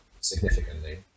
significantly